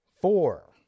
four